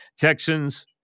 Texans